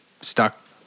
stuck